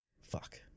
fuck